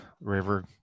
river